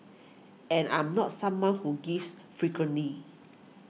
and I am not someone who gives frequently